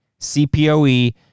CPOE